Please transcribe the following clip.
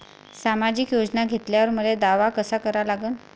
सामाजिक योजना घेतल्यावर मले दावा कसा करा लागन?